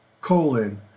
colon